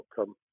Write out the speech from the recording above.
outcome